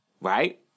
right